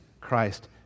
Christ